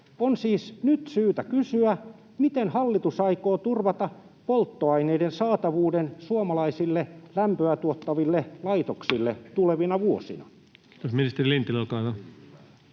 On siis nyt syytä kysyä, miten hallitus aikoo turvata polttoaineiden saatavuuden suomalaisille lämpöä tuottaville laitoksille tulevina vuosina. Ministeri Lintilä, olkaa hyvä.